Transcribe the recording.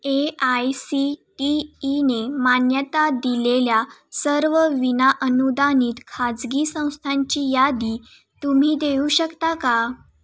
A I C T ईने मान्यता दिलेल्या सर्व विना अनुदानित खाजगी संस्थांची यादी तुम्ही देऊ शकता का